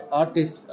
artist